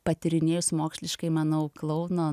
patyrinėjus moksliškai manau klouno